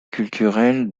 culturelle